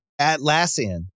Atlassian